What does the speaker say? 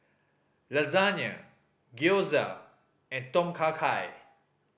Lasagna Gyoza and Tom Kha Gai